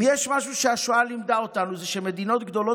אם יש משהו שהשואה לימדה אותנו זה שמדינות גדולות,